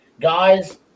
Guys